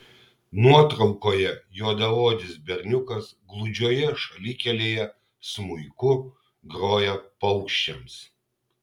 nuotraukoje juodaodis berniukas gludžioje šalikelėje smuiku groja paukščiams